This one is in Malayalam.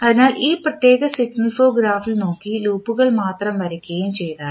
അതിനാൽ ഈ പ്രത്യേക സിഗ്നൽ ഫ്ലോ ഗ്രാഫിൽ നോക്കി ലൂപ്പുകൾ മാത്രം വരയ്ക്കുകയും ചെയ്താൽ